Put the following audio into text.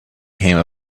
came